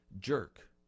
jerk